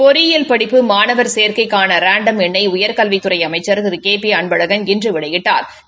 பொறியியல் படிப்பு மாணவர் சேர்க்கைக்கான ராண்டம் எண்ணை உயர்கல்வித்துறை அமைச்சள் திரு கே பி அன்பழகன் இன்று வெளியிட்டாா்